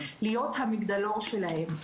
להיות המגדלור שלהם,